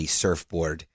surfboard